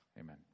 Amen